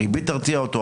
הריבית תרתיע אותו?